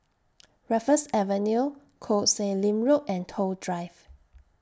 Raffles Avenue Koh Sek Lim Road and Toh Drive